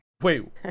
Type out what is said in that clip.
Wait